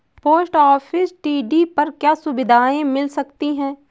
Post office TD पर क्या सुविधाएँ मिल सकती है?